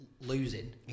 losing